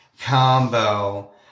combo